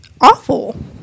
awful